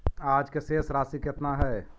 आज के शेष राशि केतना हई?